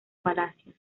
palacios